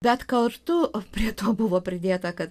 bet kartu prie to buvo pridėta kad